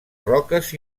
roques